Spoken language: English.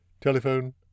Telephone